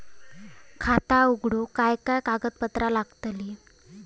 खाता उघडूक काय काय कागदपत्रा लागतली?